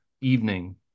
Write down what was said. evening